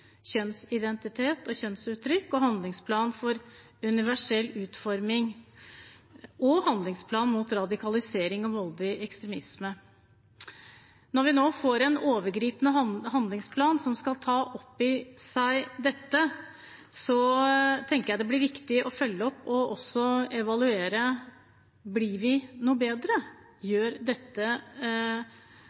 kjønnsidentitet og kjønnsuttrykk, handlingsplanen for universell utforming og handlingsplanen mot radikalisering og voldelig ekstremisme. Når vi nå får en sektorovergripende handlingsplan som skal ta opp i seg dette, tenker jeg det blir viktig å følge opp – og også evaluere: Blir vi noe bedre? Gjør dette